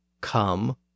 come